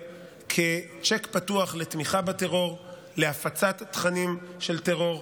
כצ'ק פתוח לתמיכה בטרור ולהפצת תכנים של טרור.